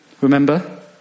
Remember